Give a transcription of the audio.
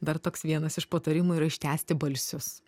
dar toks vienas iš patarimų yra ištęsti balsius